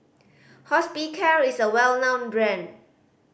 Hospicare is a well known brand